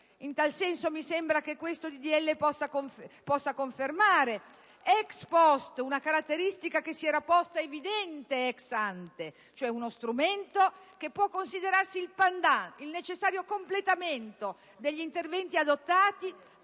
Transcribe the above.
In tal senso, mi sembra che questo disegno di legge possa confermare *ex* *post* una caratteristica che si era posta evidente *ex ante*, cioè uno strumento che può considerarsi il *pendant*, il necessario completamento degli interventi adottati,